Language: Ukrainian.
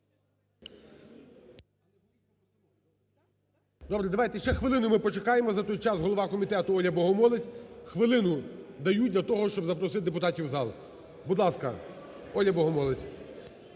Добре. Давайте ще хвилину ми почекаємо. За той час голова комітету Оля Богомолець. Хвилину даю для того, щоб запросити депутатів в зал. Будь ласка, Оля Богомолець.